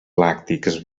làctics